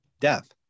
death